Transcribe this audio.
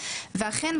ואכן,